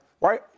right